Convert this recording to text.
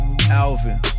Alvin